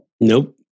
Nope